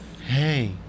hey